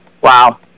Wow